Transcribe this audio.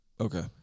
Okay